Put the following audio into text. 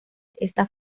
está